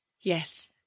Yes